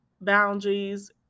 boundaries